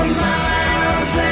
miles